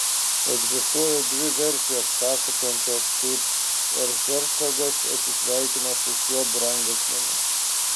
egzistuoja dvi versijos pasakojančios kaip erchercogas atsisveikino su šiuo brangakmeniu